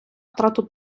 втрату